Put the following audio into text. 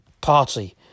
party